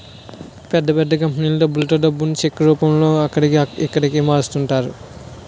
పెద్ద పెద్ద కంపెనీలలో డబ్బులలో డబ్బును చెక్ రూపంలోనే అక్కడికి, ఇక్కడికి మారుస్తుంటారట